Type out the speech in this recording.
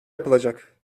yapılacak